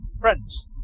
Friends